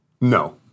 No